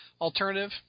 alternative